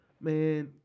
Man